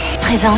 présente